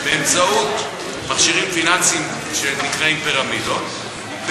באמצעות מכשירים פיננסיים שנקראים פירמידות,